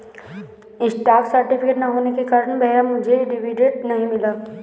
stock certificate ना होने के कारण भैया मुझे डिविडेंड नहीं मिला